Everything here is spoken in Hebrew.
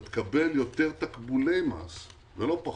אתה תקבל יותר תקבולי מס ולא פחות.